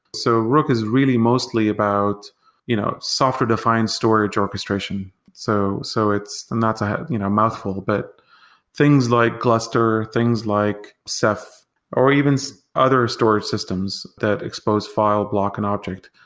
so rook is really mostly about you know software defined storage orchestration. so so it's and not a you know mouthful, but things like gluster, things like ceph or even so other storage systems that expose file, block an object.